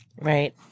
Right